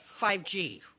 5G